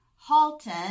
Halton